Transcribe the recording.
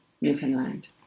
Newfoundland